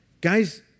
Guys